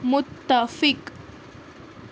متفق